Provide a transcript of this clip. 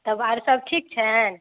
तऽ आर सब ठीक छै